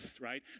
right